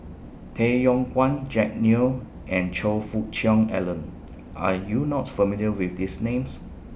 Tay Yong Kwang Jack Neo and Choe Fook Cheong Alan Are YOU not familiar with These Names